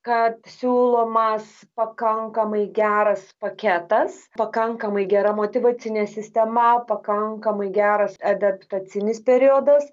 kad siūlomas pakankamai geras paketas pakankamai gera motyvacinė sistema pakankamai geras adaptacinis periodas